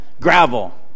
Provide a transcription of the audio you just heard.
gravel